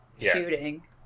...shooting